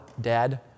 dad